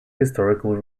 historical